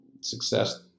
Success